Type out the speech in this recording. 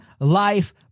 life